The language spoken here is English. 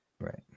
right